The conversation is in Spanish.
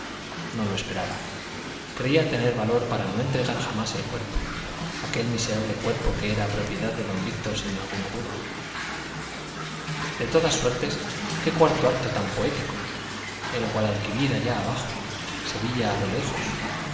no lo esperaba creía tener valor para no entregar jamás el cuerpo aquel miserable cuerpo que era propiedad de don víctor sin duda alguna de todas suertes qué cuarto acto tan poético el guadalquivir allá abajo sevilla a lo lejos